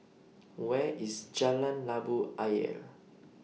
Where IS Jalan Labu Ayer